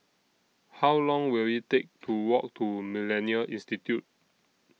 How Long Will IT Take to Walk to Millennia Institute